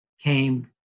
came